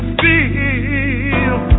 feel